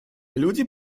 люди